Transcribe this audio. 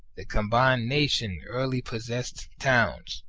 the com bined nation early possessed towns,